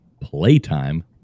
Playtime